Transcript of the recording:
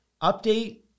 update